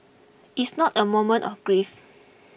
it's not a moment of grief